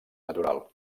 natural